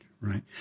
right